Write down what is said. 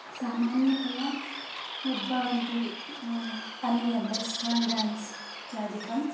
सामान्यातया यद् भवन्ति अन्यद् वेस्टर्न् ड्यान्स् इत्यादिकं